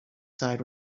side